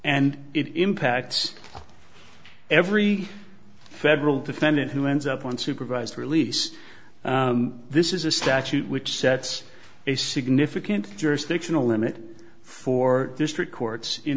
it impacts every federal defendant who ends up on supervised release this is a statute which sets a significant jurisdictional limit for district courts in